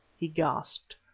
he gasped.